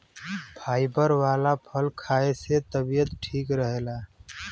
fibre वाला फल खाए से तबियत ठीक रहला